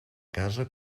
casa